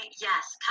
Yes